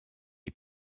est